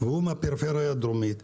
הוא מהפריפריה הדרומית.